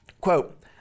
Quote